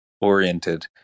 oriented